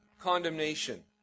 condemnation